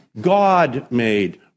God-made